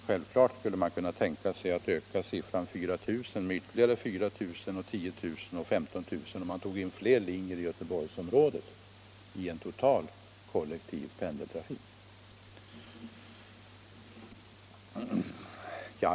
Självfallet skulle man kunna tänka sig att öka siffran 4 000 med ytterligare 4 000, 10 000, 15 000, osv., om man tog in fler linjer i Göteborgsområdet i en total kollektiv pendeltrafik.